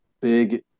big